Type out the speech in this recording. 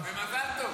ומזל טוב.